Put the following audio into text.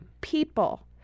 people